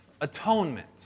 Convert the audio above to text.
atonement